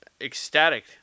ecstatic